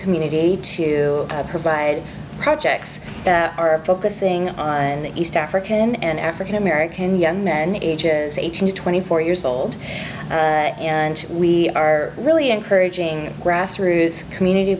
community to provide projects that are focusing on the east african and african american young men ages eighteen to twenty four years old and we are really encouraging grassroots community